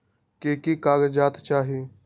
की की कागज़ात चाही?